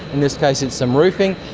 in this case it's some roofing,